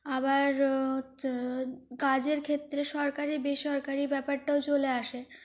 আবার হচ্ছে কাজের ক্ষেত্রে সরকারি বেসরকারি ব্যাপারটাও চলে আসে